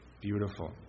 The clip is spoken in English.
beautiful